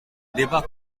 débat